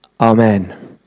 Amen